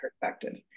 perspective